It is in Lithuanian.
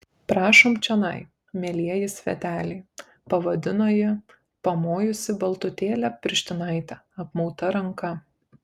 prašom čionai mielieji sveteliai pavadino ji pamojusi baltutėle pirštinaite apmauta ranka